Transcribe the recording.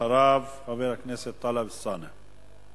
אחריו, חבר הכנסת טלב אלסאנע.